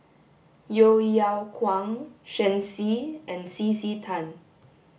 Yeo Yeow Kwang Shen Xi and C C Tan